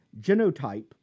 genotype